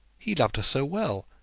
he loved her so well,